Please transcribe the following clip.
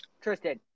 Tristan